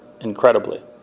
incredibly